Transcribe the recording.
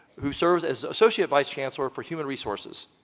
who serves as associate vice chancellor for human resources.